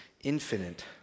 infinite